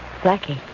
Blackie